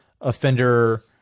offender